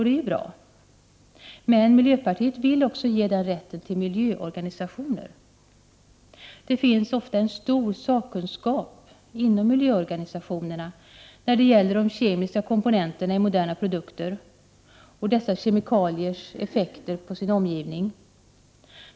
Det är ju bra, men miljöpartiet vill ge den rätten också till miljöorganisationer. Det finns ofta en stor sakkunskap inom miljöorganisationerna när det gäller de kemiska komponenterna i moderna produkter, och dessa kemikaliers effekter på sin omgivning.